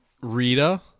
Rita